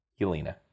Yelena